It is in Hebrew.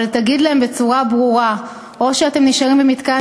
אבל תגיד להם בצורה ברורה: או שאתם נשארים במתקן